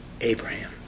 Abraham